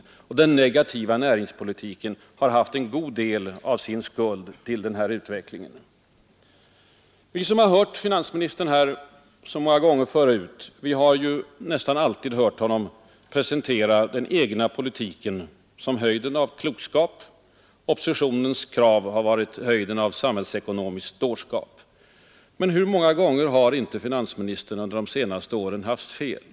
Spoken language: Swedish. Socialdemokraternas negativa näringspolitik har haft en god del av skulden till den här utvecklingen. Vi som har lyssnat till finansministern här så många gånger förut har nästan alltid hört honom presentera den egna politiken som höjden av klokskap medan oppositionens krav har varit höjden av samhällsekonomisk dårskap. Men hur många gånger har inte finansministern under de senaste åren haft fel?